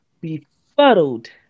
befuddled